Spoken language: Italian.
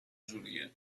giuria